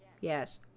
yes